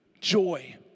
joy